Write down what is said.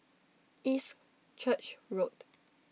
East Church Road